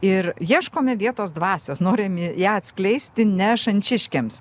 ir ieškome vietos dvasios norim ją atskleisti ne šančiškiams